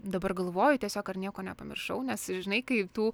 dabar galvoju tiesiog ar nieko nepamiršau nes žinai kai tų